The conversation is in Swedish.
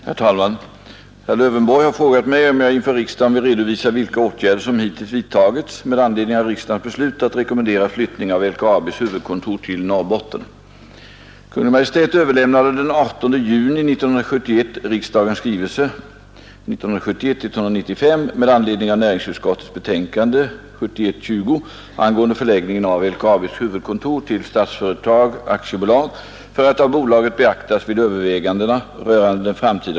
Herr talman! Herr Lövenborg har frågat mig om jag inför riksdagen vill redovisa vilka åtgärder som hittills vidtagits med anledning av riksdagens beslut att rekommendera flyttning av LKAB:s huvudkontor till Norrbotten.